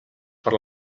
per